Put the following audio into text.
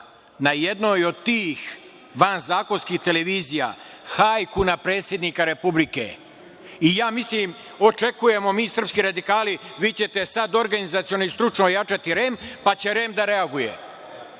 na jednoj od tih vanzakonskih televizija hajku na predsednika Republike, i ja mislim, očekujemo mi srpski radikali vi ćete organizaciono i stručno ojačati REM, pa će REM, da reaguje.